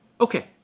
Okay